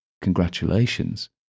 Congratulations